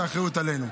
האחריות עלינו.